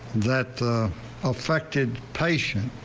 that a affected patients.